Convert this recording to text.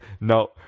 no